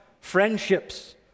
friendships